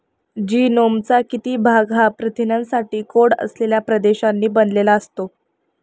जीनोमचा किती भाग हा प्रथिनांसाठी कोड असलेल्या प्रदेशांनी बनलेला असतो?